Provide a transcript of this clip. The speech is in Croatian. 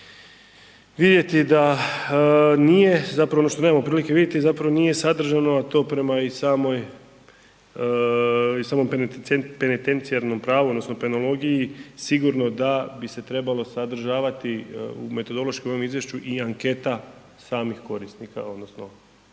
vidjeti da nije, zapravo ono što nemamo prilike vidjeti zapravo nije sadržano, a to prema i samoj i samom penetercijarnom pravu odnosno penologiji sigurno da bi se trebalo sadržavati u metodološkom ovom izvješću i anketa samih korisnika odnosno